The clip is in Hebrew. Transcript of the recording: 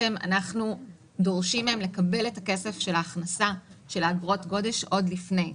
אנחנו דורשים מהם לקבל את הכסף של ההכנסה של אגרות הגודש עוד לפני.